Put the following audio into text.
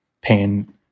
pain